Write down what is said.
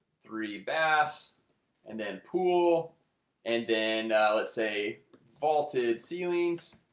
three bath and then pool and then let's say vaulted ceilings